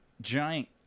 giant